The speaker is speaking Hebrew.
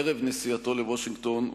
ערב נסיעתו לוושינגטון,